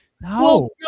No